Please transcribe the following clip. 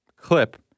clip